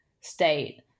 state